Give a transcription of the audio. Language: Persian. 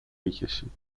میکشید